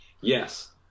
yes